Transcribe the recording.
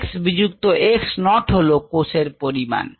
X বিযুক্ত x naught হলো কোষের পরিমাণ